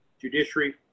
judiciary